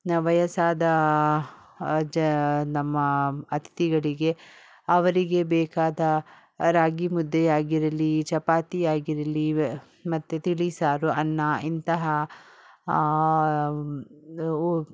ನ ವಯಸ್ಸಾದ ಅಜ ನಮ್ಮ ಅತಿಥಿಗಳಿಗೆ ಅವರಿಗೆ ಬೇಕಾದ ರಾಗಿ ಮುದ್ದೆಯಾಗಿರಲಿ ಚಪಾತಿಯಾಗಿರಲಿ ಮತ್ತು ತಿಳಿಸಾರು ಅನ್ನ ಇಂತಹ